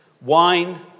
wine